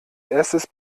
erstes